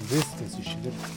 viskas išvirtę